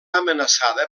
amenaçada